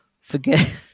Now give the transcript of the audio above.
Forget